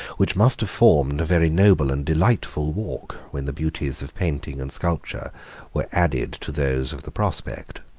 which must have formed a very noble and delightful walk, when the beauties of painting and sculpture were added to those of the prospect.